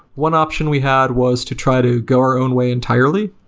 one option we had was to try to go our own way entirely.